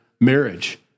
marriage